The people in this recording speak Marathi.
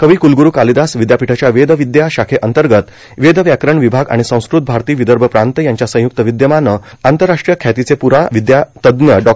कवि क्लग्रूरू कालिदास विद्यापीठाच्या वेद विद्या शाखेअंतर्गत वेद व्याकरण विभाग आणि संस्कृत भारती विदर्भ प्रांत यांच्या संयुक्त विद्यमानं आंतरराष्ट्रीय ख्यातीचे पुराविद्यातज्ञ डॉ